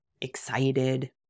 excited